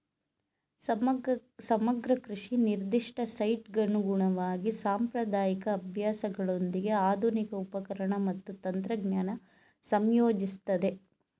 ಸಮಗ್ರ ಕೃಷಿ ನಿರ್ದಿಷ್ಟ ಸೈಟ್ಗನುಗುಣವಾಗಿ ಸಾಂಪ್ರದಾಯಿಕ ಅಭ್ಯಾಸಗಳೊಂದಿಗೆ ಆಧುನಿಕ ಉಪಕರಣ ಮತ್ತು ತಂತ್ರಜ್ಞಾನ ಸಂಯೋಜಿಸ್ತದೆ